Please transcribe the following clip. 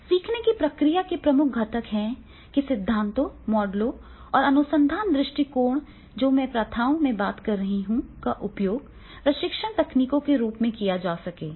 सीखने की प्रक्रिया के प्रमुख घटक यह है कि सिद्धांतों मॉडलों और अनुसंधान दृष्टिकोण जो मैं प्रथाओं में बात कर रहा हूं का उपयोग प्रशिक्षण तकनीकों के रूप में किया जा सकता है